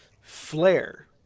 Flare